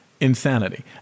Insanity